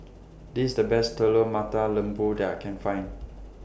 This IS The Best Telur Mata Lembu that I Can Find